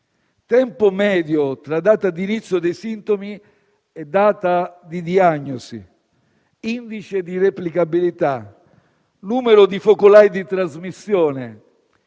tempo medio tra data di inizio dei sintomi e data di diagnosi; indice di replicabilità; numero di focolai di trasmissione;